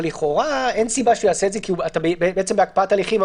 אבל לכאורה אין סיבה שהוא יעשה את זה כי אתה בהקפאת הליכים,